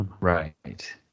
right